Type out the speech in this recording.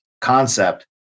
concept